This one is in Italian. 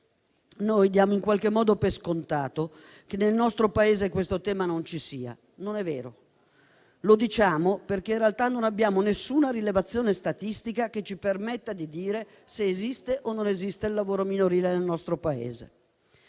Noi diamo in qualche modo per scontato che nel nostro Paese questo tema non ci sia. Non è vero. Lo diciamo perché in realtà non abbiamo alcuna rilevazione statistica che ci permetta di dire se esiste o non esiste il lavoro minorile nel nostro Paese.